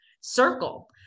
circle